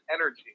energy